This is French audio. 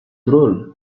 drôle